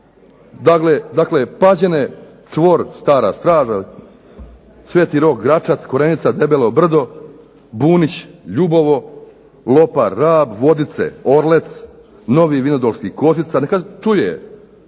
Dakle, Pađene čvor Stara straža - sv. Rok, Gračac - Korenica, Debelo Brdo - Bunić, Ljubovo, Lopar - Rab, Vodice - Orlec, Novi Vinodolski - Kozica, neka čuju